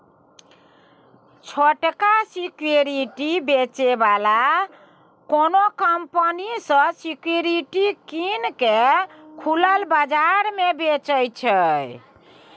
छोटका सिक्युरिटी बेचै बला कोनो कंपनी सँ सिक्युरिटी कीन केँ खुलल बजार मे बेचय छै